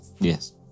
yes